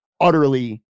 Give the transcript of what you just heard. utterly